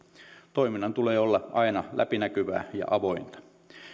toiminnan tulee olla aina läpinäkyvää ja avointa